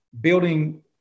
building